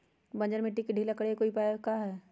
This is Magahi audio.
बंजर मिट्टी के ढीला करेके कोई उपाय है का?